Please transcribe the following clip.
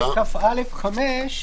ועכשיו, ב-22כא(א)(5).